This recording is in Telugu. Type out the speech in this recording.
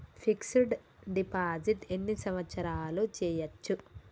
ఫిక్స్ డ్ డిపాజిట్ ఎన్ని సంవత్సరాలు చేయచ్చు?